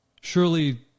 Surely